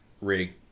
rig